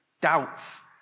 doubts